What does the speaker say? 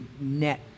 net